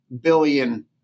billion